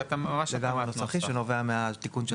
לגמרי נוסחי שנובע מהתיקון שעשינו.